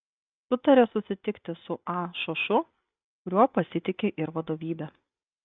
sutarė susitikti su a šošu kuriuo pasitiki ir vadovybė